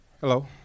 Hello